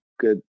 good